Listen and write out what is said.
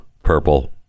Purple